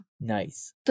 Nice